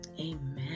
Amen